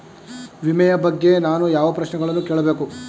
ವಿಮೆಯ ಬಗ್ಗೆ ನಾನು ಯಾವ ಪ್ರಶ್ನೆಗಳನ್ನು ಕೇಳಬೇಕು?